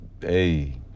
Hey